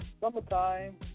summertime